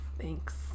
Thanks